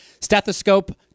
stethoscope